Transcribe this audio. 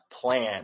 plan